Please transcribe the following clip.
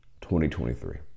2023